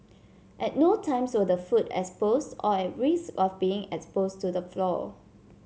at no times were the food exposed or at risk of being exposed to the floor